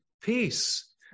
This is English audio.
peace